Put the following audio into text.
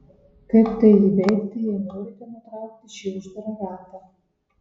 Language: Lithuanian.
kaip tai įveikti jei norite nutraukti šį uždarą ratą